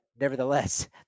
nevertheless